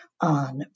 on